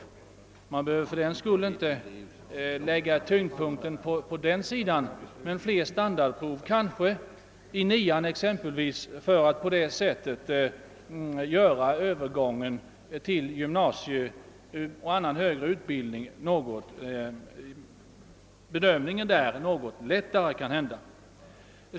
Fördenskull behövde inte tyngdpunkten i kunskapskontrollen läggas på sådana prov, men något fler standardprov skulle kunna förekomma i exempelvis nionde årskursen för att underlätta övergången till gymnasium och andra högre skolformer.